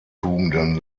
tugenden